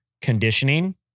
conditioning